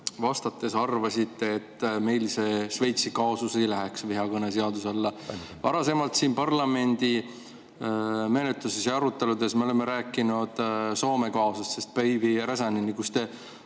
vastates arvasite, et meil see Šveitsi kaasus ei läheks vihakõne seaduse alla. Varasemalt siin parlamendi menetluses ja aruteludes me oleme rääkinud Soome kaasusest, Päivi Räsänenist,